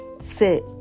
sit